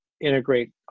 integrate